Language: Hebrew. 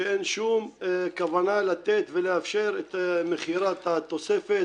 שאין שום כוונה לתת ולאפשר את מכירת התוספת